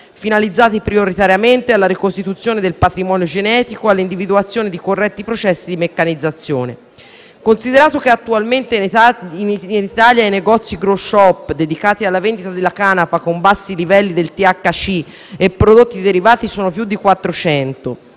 finalizzati prioritariamente alla ricostituzione del patrimonio genetico e all'individuazione di corretti processi di meccanizzazione. Considerato che attualmente, in Italia, i negozi *grow shop* dedicati alla vendita della canapa con bassi livelli di THC e prodotti derivati sono più di 400